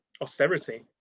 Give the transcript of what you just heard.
austerity